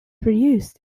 reused